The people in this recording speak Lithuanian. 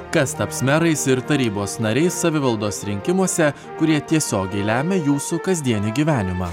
kas taps merais ir tarybos nariais savivaldos rinkimuose kurie tiesiogiai lemia jūsų kasdienį gyvenimą